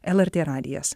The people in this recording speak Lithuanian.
lrt radijas